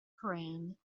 koran